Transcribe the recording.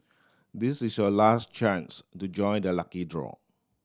this is your last chance to join the lucky draw